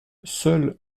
seul